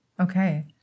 Okay